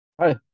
Hi